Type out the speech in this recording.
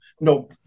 no